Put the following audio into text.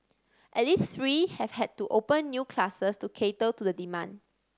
at least three have had to open new classes to cater to the demand